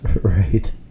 Right